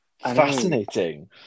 fascinating